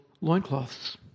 Loincloths